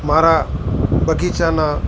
મારા બગીચાનાં